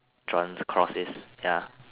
crosses ya